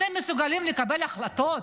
אתם מסוגלים לקבל החלטות?